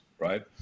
Right